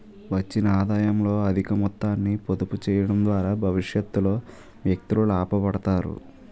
వచ్చిన ఆదాయంలో అధిక మొత్తాన్ని పొదుపు చేయడం ద్వారా భవిష్యత్తులో వ్యక్తులు లాభపడతారు